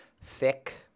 thick